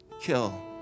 kill